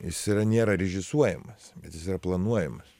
jis yra nėra režisuojamas bet jis yra planuojamas